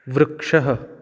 वृक्षः